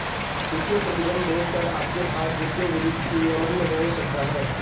वित्तीय प्रतिबंध देखकर आपके पास वित्तीय विनियमन हो सकता है